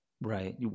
Right